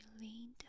leaned